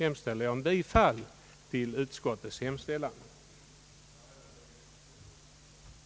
Härmed anhåller jag om ledighet från riksdagsarbetet från och med den 21 3 med anledning av utrikes resa för studier av situationen i Biafrakonflikten.